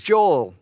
Joel